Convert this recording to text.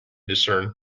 discern